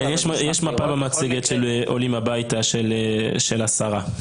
כן, יש מפה במצגת של "עולים הביתה" של השרה.